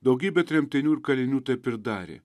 daugybė tremtinių ir kalinių taip ir darė